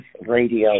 Radio